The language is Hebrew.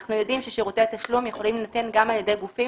אנחנו יודעים ששירותי התשלום יכולים להינתן גם על ידי גופים